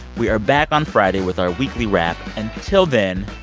we are back on friday with our weekly wrap. and till then,